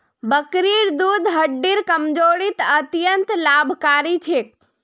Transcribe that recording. बकरीर दूध हड्डिर कमजोरीत अत्यंत लाभकारी छेक